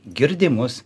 girdi mus